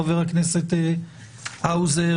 חבר הכנסת האוזר,